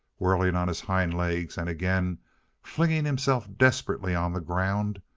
whirling on his hind legs, and again flinging himself desperately on the ground,